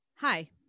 Hi